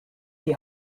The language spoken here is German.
die